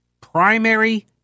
Primary